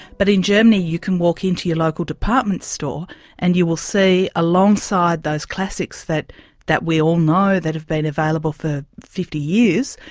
but in germany you can walk into your local department store and you will see, alongside those classics that that we all know that have been available for fifty years,